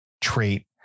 trait